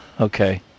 Okay